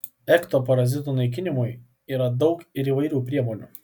ekto parazitų naikinimui yra daug ir įvairių priemonių